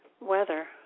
weather